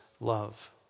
love